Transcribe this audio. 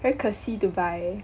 very 可惜 to buy